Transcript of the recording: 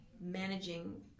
managing